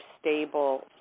stable